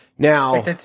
Now